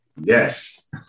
Yes